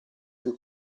più